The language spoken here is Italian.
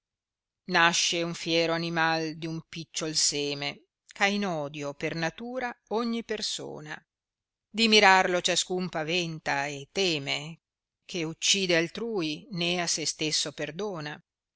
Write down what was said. nasce un fiero animai di un picciol seme c ha in odio per natura ogni persona di mirarlo ciascun paventa e teme che uccide altrui né a se stesso perdona